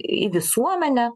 į visuomenę